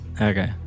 Okay